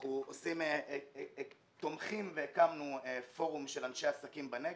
אנחנו תומכים והקמנו פורום של אנשי עסקים בנגב.